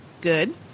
good